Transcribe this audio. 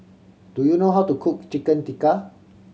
do you know how to cook Chicken Tikka